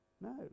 No